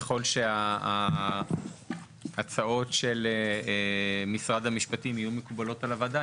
וככל שההצעות של משרד המשפטים יהיו מקובלות על הוועדה,